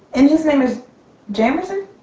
and his name is jamerson?